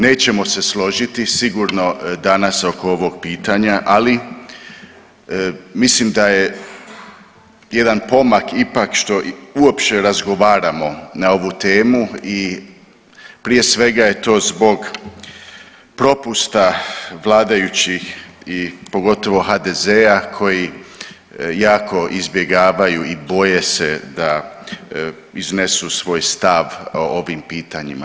Nećemo se složiti sigurno danas oko ovog pitanja, ali mislim da je jedan pomak ipak što uopće razgovaramo na ovu temu i prije svega je to zbog propusta vladajućih pogotovo HDZ-a koji jako izbjegavaju i boje se da iznesu svoj stav o ovim pitanjima.